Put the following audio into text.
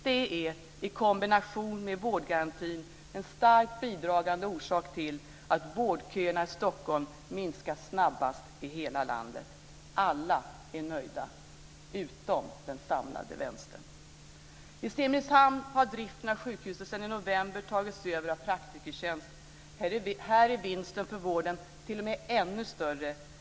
Det är, i kombination med vårdgarantin, en starkt bidragande orsak till att vårdköerna i Stockholm minskar snabbast i hela landet. Alla är nöjda - utom den samlade vänstern. I Simrishamn har driften av sjukhuset sedan i november tagits över av Praktikertjänst. Här är vinsten för vården t.o.m. ännu större.